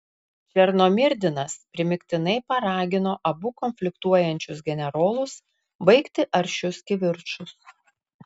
černomyrdinas primygtinai paragino abu konfliktuojančius generolus baigti aršius kivirčus